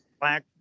black